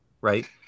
right